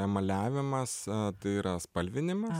emaliavimas tai yra spalvinimas